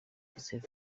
joseph